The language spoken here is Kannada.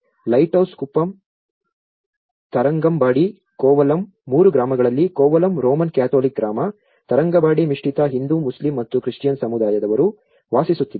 ಲೈಟ್ಹೌಸ್ ಕುಪ್ಪಂ ತರಂಗಂಬಾಡಿ ಕೋವಲಂ ಮೂರೂ ಗ್ರಾಮಗಳಲ್ಲಿ ಕೋವಲಂ ರೋಮನ್ ಕ್ಯಾಥೋಲಿಕ್ ಗ್ರಾಮ ತರಂಗಂಬಾಡಿ ಮಿಶ್ರಿತ ಹಿಂದೂ ಮುಸ್ಲಿಂ ಮತ್ತು ಕ್ರಿಶ್ಚಿಯನ್ ಸಮುದಾಯದವರು ವಾಸಿಸುತ್ತಿದ್ದಾರೆ